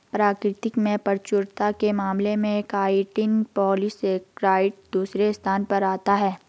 प्रकृति में प्रचुरता के मामले में काइटिन पॉलीसेकेराइड दूसरे स्थान पर आता है